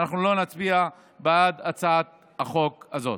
ואנחנו לא נצביע בעד הצעת החוק הזאת.